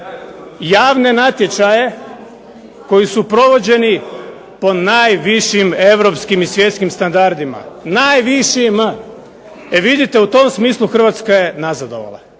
javne natječaje koji su provođeni po najvišim europskim i svjetskim standardima, najvišim. E vidite u tom smislu Hrvatska je nazadovala.